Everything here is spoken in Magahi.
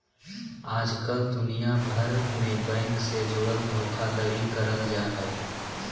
आजकल दुनिया भर मे बैंक से जुड़ल धोखाधड़ी करल जा हय